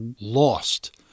lost